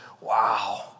wow